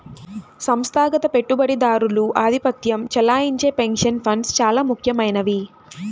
సంస్థాగత పెట్టుబడిదారులు ఆధిపత్యం చెలాయించే పెన్షన్ ఫండ్స్ చాలా ముఖ్యమైనవి